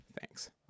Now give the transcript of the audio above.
Thanks